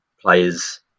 players